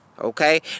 Okay